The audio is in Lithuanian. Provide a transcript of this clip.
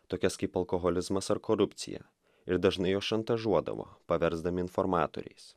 tokias kaip alkoholizmas ar korupcija ir dažnai juos šantažuodavo paversdami informatoriais